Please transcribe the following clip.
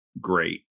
great